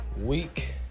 week